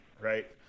right